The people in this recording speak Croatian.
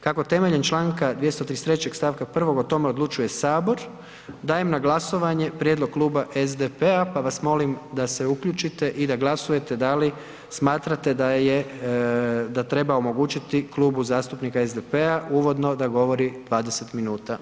Kako temeljem članka 233. stavka 1. o tome odlučuje Sabor dajem na glasovanje prijedlog kluba SDP-a, pa vas molim da se uključite i da glasujete da li smatrate da treba omogućiti Klubu zastupnika SDP-a uvodno da govori 20 minuta?